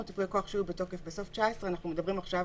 ייפויי כוח שהיו בתוקף בסוף 2019. אנחנו מדברים עכשיו